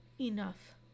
Enough